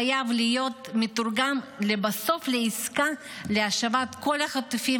חייב להיות מתורגם לבסוף לעסקה להשבת כל החטופים